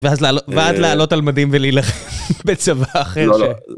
ואז לעלו, ואז לעלות על מדים ולהילחם בצבא אחר ש...